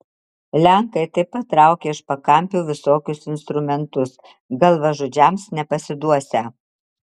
lenkai taip pat traukia iš pakampių visokius instrumentus galvažudžiams nepasiduosią